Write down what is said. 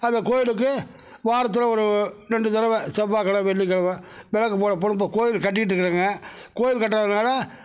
அந்த கோவிலுக்கு வாரத்தில் ஒரு ரெண்டு தடவை செவ்வாய்க்கெழம வெள்ளிக்கெழமை விளக்கு போட போகணும் இப்போ கோவில் கட்டிகிட்டுருக்குறோங்க கோவில் கட்டுறதனால